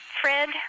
Fred